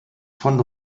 von